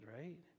right